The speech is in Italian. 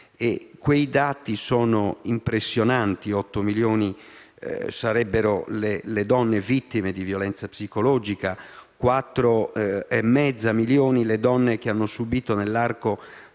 quei dati sono impressionanti: 8 milioni sarebbero le donne vittime di violenza psicologica, 4,5 milioni le donne che hanno subito nell'arco